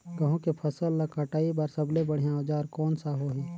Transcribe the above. गहूं के फसल ला कटाई बार सबले बढ़िया औजार कोन सा होही?